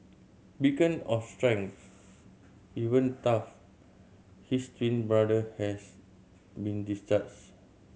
beacon of strength even tough his twin brother has been